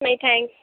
نہیں تھینکس